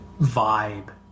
vibe